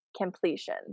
completion